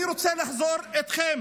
אני רוצה לחזור איתכם